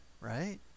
right